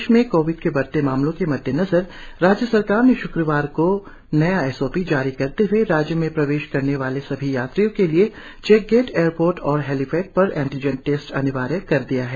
देशभर में कोविड के बढ़ते मामलों के मद्देनजर राज्य सरकार ने श्क्रवार को नया एस ओ पी जारी करते हुए राज्य में प्रवेश करने वाले सभी यात्रियों के लिए चेकगेट एयरपोर्ट और हैलीपेड पर एंटिजेंट टेस्ट अनिवार्य कर दिया है